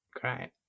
great